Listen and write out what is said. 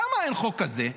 למה אין חוק כזה?